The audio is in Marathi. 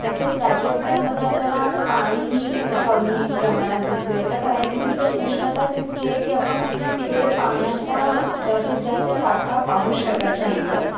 तसंच राजस्थानमध्ये आपल्याला पाणीही कमी प्रमाणात दिसून येतं कारण की तिथे उष्णताच इतकी आहे की आपण तिकडे पाण्याचा जास्तीत जास्त साठा पाहूच शकत नाही आहोत